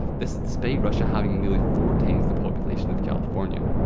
this is despite russia having nearly four times the population of california.